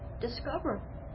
discover